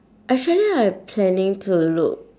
actually I planning to look